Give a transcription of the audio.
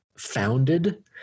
Founded